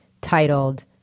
titled